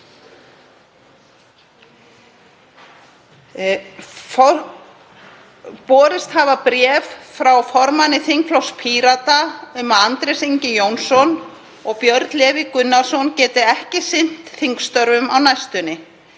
Borist hafa bréf frá formanni þingflokks Pírata um að Andrés Ingi Jónsson og Björn Leví Gunnarsson geti ekki sinnt þingstörfum á næstunni.